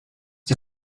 die